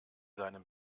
seinem